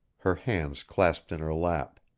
her hands clasped in her lap,